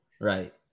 Right